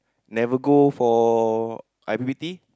never go for I_P_P_T